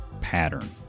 pattern